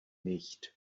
nicht